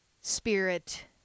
spirit